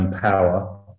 power